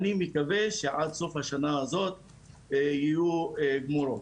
אני מקווה שעד סוף השנה הזו יהיו גמורים,